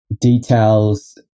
details